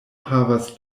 havas